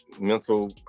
mental